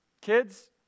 Kids